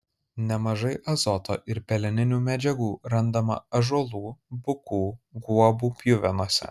nemažai azoto ir peleninių medžiagų randama ąžuolų bukų guobų pjuvenose